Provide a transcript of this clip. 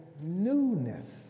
newness